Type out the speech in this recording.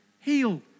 heal